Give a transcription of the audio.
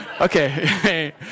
Okay